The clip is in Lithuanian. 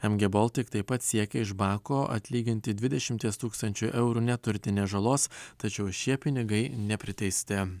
em gė boltik taip pat siekia iš bako atlyginti dvidešimties tūkstančių eurų neturtinės žalos tačiau šie pinigai nepriteisti